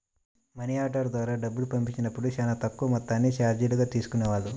money order ద్వారా డబ్బులు పంపించినప్పుడు చానా తక్కువ మొత్తాన్ని చార్జీలుగా తీసుకునేవాళ్ళు